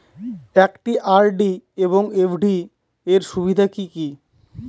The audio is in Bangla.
একটি আর.ডি এবং এফ.ডি এর সুবিধা কি কি?